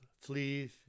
fleas